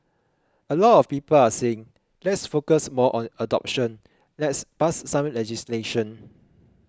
a lot of people are saying let's focus more on adoption let's pass some legislation